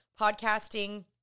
podcasting